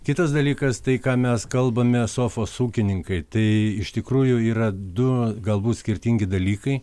kitas dalykas tai ką mes kalbame sofos ūkininkai tai iš tikrųjų yra du galbūt skirtingi dalykai